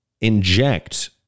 inject